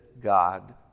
God